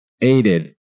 aided